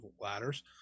ladders